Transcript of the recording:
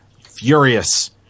Furious